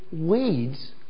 weeds